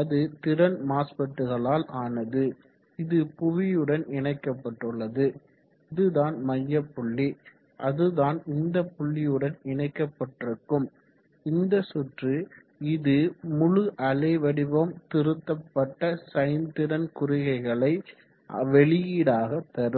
அது திறன் மாஸ்பெட்களால் ஆனது இது புவியுடன் இணைக்கப்பட்டுள்ளது இது தான் மையப்புள்ளி அதுதான் இந்த புள்ளியுடன் இணைக்கப்பட்டிருக்கும் இந்த சுற்று இது முழு அலைவடிவம் திருத்தப்பட்ட சைன் திறன் குறிகைகளை வெளியீடாக தரும்